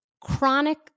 chronic